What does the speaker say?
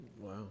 wow